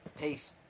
Peace